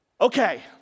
Okay